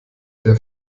der